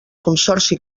consorci